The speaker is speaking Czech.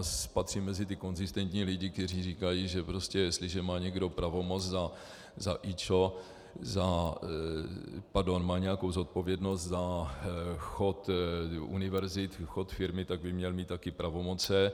Já patřím mezi ty konzistentní lidi, kteří říkají, že prostě jestliže má někdo nějakou pravomoc za IČO, za... pardon, má nějakou zodpovědnost za chod univerzity, chod firmy, tak by měl mít taky pravomoci.